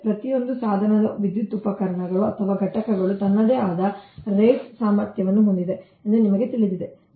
ಪ್ರತಿಯೊಂದು ಸಾಧನದ ವಿದ್ಯುತ್ ಉಪಕರಣಗಳು ಅಥವಾ ಘಟಕಗಳು ತನ್ನದೇ ಆದ ರೇಟ್ ಸಾಮರ್ಥ್ಯವನ್ನು ಹೊಂದಿದೆ ಎಂದು ನಿಮಗೆ ತಿಳಿದಿದೆ